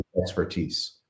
expertise